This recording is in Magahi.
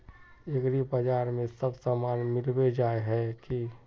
एग्रीबाजार में सब सामान मिलबे जाय है की?